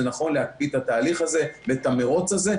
נכון להקפיא את התהליך הזה ואת המרוץ הזה,